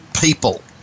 people